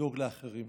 לדאוג לאחרים.